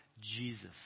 Jesus